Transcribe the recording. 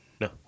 No